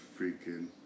freaking